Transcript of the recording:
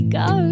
go